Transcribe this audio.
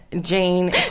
Jane